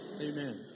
Amen